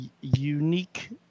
unique